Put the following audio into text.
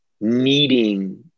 needing